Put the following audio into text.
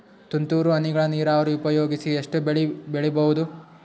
ತುಂತುರು ಹನಿಗಳ ನೀರಾವರಿ ಉಪಯೋಗಿಸಿ ಎಷ್ಟು ಬೆಳಿ ಬೆಳಿಬಹುದು?